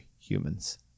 humans